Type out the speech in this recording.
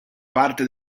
parte